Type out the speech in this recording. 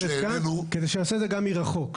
כדי שנעשה את זה גם מרחוק.